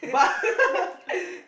it's